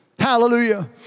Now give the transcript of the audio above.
Hallelujah